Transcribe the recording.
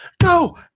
go